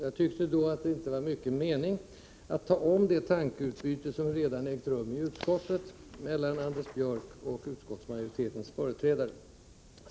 Jag tyckte då att det inte var mycket mening att repetera det tankeutbyte som redan ägt rum i utskottet mellan Anders Björck och utskottsmajoritetens företrädare.